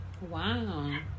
Wow